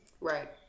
Right